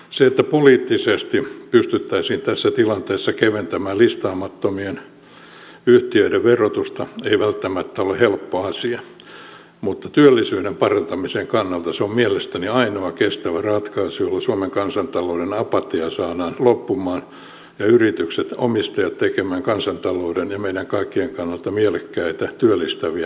se että poliittisesti pystyttäisiin tässä tilanteessa keventämään listaamattomien yhtiöiden verotusta ei välttämättä ole helppo asia mutta työllisyyden parantamisen kannalta se on mielestäni ainoa kestävä ratkaisu jolla suomen kansantalouden apatia saadaan loppumaan ja yritykset omistajat tekemään kansantalouden ja meidän kaikkien kannalta mielekkäitä työllistäviä päätöksiä